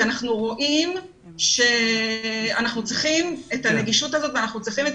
אנחנו רואים שאנחנו צריכים את הנגישות הזאת ואנחנו צריכים את